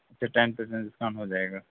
اچھا ten percent discount ہو جائے گا